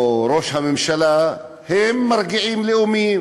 וראש הממשלה הם מרגיעים לאומיים,